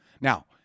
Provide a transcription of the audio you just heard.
now